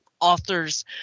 authors